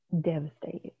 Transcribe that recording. devastated